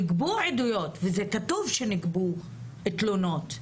ניגבו עדויות וזה כתוב שניגבו תלונות,